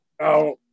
now